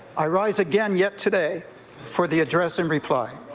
i rise again yet today for the address and reply.